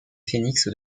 phénix